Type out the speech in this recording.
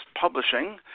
publishing